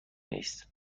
نیست